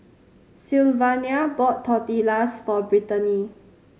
Sylvania bought Tortillas for Britany